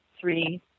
three